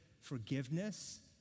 forgiveness